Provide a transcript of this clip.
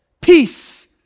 peace